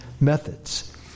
methods